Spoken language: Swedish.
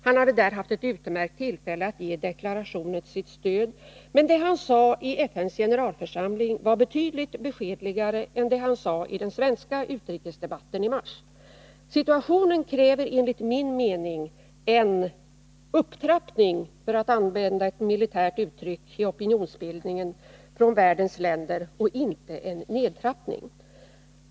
Han hade där haft ett utmärkt tillfälle att ge deklarationen sitt stöd. Men det han sade i FN:s generalförsamling var betydligt beskedligare än det han sade i den svenska utrikesdebatten i mars. Situationen kräver enligt min mening en upptrappning, för att använda ett militärt uttryck, i opinionsbildningen från världens länder och inte en nedtrappning.